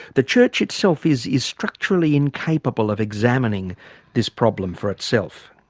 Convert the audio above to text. the church itself is is structurally incapable of examining this problem for itself.